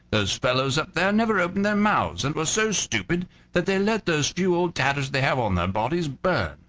those fellows up there never opened their mouths, and were so stupid that they let those few old tatters they have on their bodies burn.